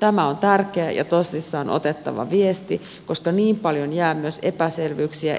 tämä on tärkeä ja tosissaan otettava viesti koska niin paljon jää myös epäselvyyksiä